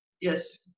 Yes